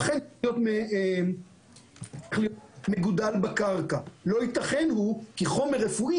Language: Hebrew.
אכן הוא צריך להיות מגודל בקרקע כי חומר רפואי